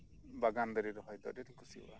ᱵᱟᱜᱟᱱ ᱫᱟᱨᱮ ᱨᱚᱦᱚᱭ ᱫᱚ ᱟᱹᱰᱤ ᱟᱴᱤᱧ ᱠᱩᱥᱤᱭᱟᱜᱼᱟ